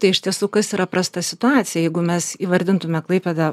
tai iš tiesų kas yra prasta situacija jeigu mes įvardintume klaipėdą